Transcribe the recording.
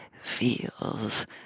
feels